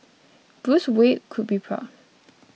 Bruce Wayne could be proud